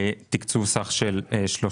תקצוב סך של 3